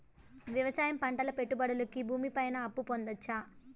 వ్యవసాయం పంటల పెట్టుబడులు కి భూమి పైన అప్పు పొందొచ్చా?